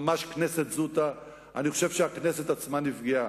ממש כנסת זוטא, הכנסת עצמה נפגעה,